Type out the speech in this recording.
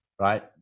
right